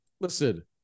listen